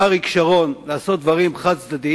אריק שרון, לעשות דברים חד-צדדיים,